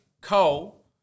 coal